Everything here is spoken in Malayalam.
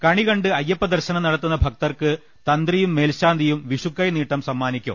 കണി കണ്ട് അയ്യപ്പ ദർശനം നടത്തുന്ന ഭക്തർക്ക് തന്ത്രിയും മേൽശാന്തിയും വിഷു ക്കൈനീട്ടം സമ്മാനിക്കും